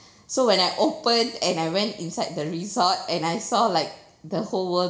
so when I opened and I ran inside the resort and I saw like the whole world